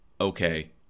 okay